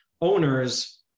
owners